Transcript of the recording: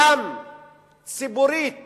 גם ציבורית